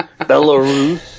Belarus